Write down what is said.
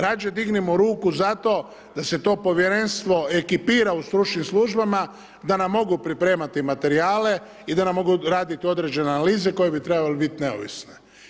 Rađe dignimo ruku za to da se to Povjerenstvo ekipira u stručnim službama da nam mogu pripremati materijale i da nam mogu raditi određene analize koje bi trebale biti neovisne.